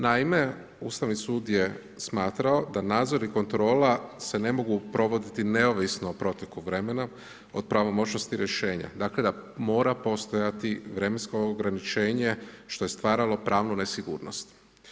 Naime, Ustavni sud je smatrao da nadzor i kontrola se ne mogu provoditi neovisno o proteku vremena od pravomoćnosti rješenja, dakle da mora postojati vremensko ograničenje što je stvaralo pravnu nesigurnost.